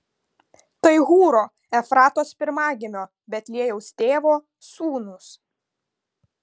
tai hūro efratos pirmagimio betliejaus tėvo sūnūs